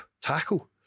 tackle